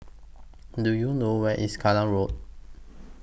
Do YOU know Where IS Kallang Road